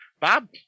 Bob